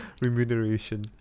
Remuneration